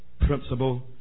Principle